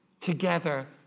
together